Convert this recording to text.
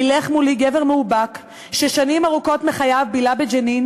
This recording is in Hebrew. הילך מולי גבר מאובק שבילה שנים ארוכות מחייו בג'נין